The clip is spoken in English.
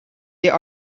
there